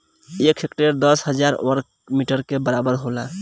एक हेक्टेयर दस हजार वर्ग मीटर के बराबर होला